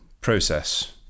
process